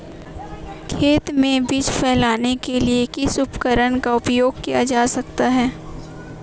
खेत में बीज फैलाने के लिए किस उपकरण का उपयोग किया जा सकता है?